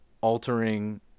altering